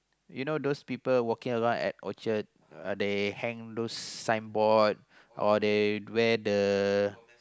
you know those people working a lot at Orchard they hang those signboard or they where the